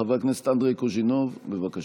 חבר הכנסת אנדרי קוז'ינוב, בבקשה.